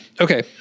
okay